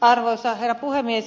arvoisa herra puhemies